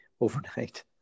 overnight